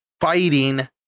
fighting